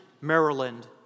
Maryland